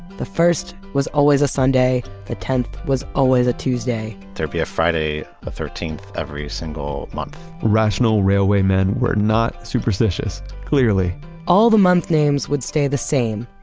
the first was always a sunday. the tenth was always a tuesday there'd be a friday the ah thirteenth every single month rational railwaymen were not superstitious, clearly all the month names would stay the same,